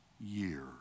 year